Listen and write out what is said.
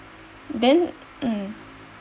then mm